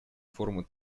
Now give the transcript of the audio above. формы